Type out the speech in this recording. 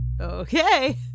Okay